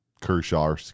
Kershaw